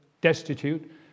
destitute